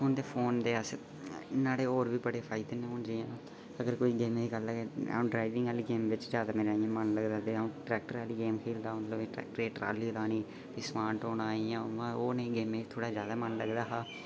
हून ते फोन ते अस न्हाड़े होर बी बड़े फायदे न हून जि'यां अगर कोई गेमें दी गल्ल गै हून ड्राइविंग आह्ली गेम बिच मेरा इ'यां जादै मन लगदा ते अ'ऊं ट्रैक्टर आह्ली गेम खेल्लदा मतलब की ट्रैक्टर ई ट्राली लानी भी समान ढोना इ'यां उ'आं ओह् नेईं गेमें ई थोह्ड़ा जादा मन लगदा हा